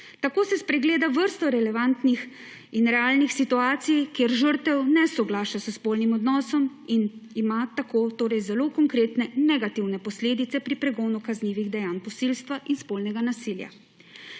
Tako se spregleda vrsto relevantnih in realnih situacij, kjer žrtev ne soglaša s spolnim odnosom in ima tako torej zelo konkretne negativne posledice pri pregonu kaznivih dejanj posilstva in spolnega nasilja.